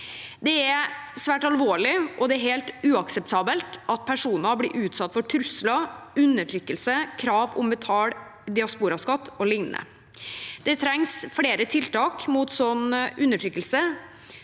Det er svært alvorlig og helt uakseptabelt at personer blir utsatt for trusler, undertrykkelse og krav om å betale diasporaskatt, o.l. Det trengs flere tiltak mot sånn undertrykkelse.